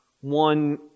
one